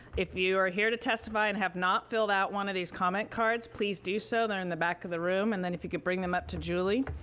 if you are here to testify and have not filled out one of these comment cards, please do so. they are in the back of the room. and then if you could bring them up to julie.